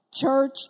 church